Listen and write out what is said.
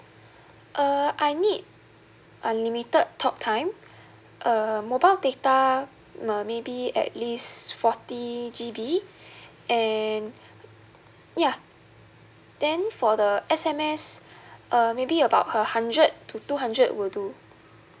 uh I need unlimited talk time uh mobile data maybe at least forty G_B and ya then for the S_M_S uh maybe about a hundred to two hundred will do